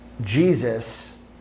Jesus